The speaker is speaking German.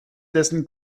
dessen